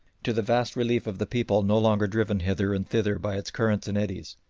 to the vast relief of the people no longer driven hither and thither by its currents and eddies.